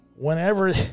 whenever